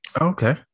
okay